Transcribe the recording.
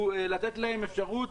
הוא לתת להם אפשרות